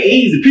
easy